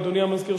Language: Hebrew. אדוני המזכיר,